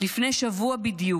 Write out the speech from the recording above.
לפני שבוע בדיוק,